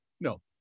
No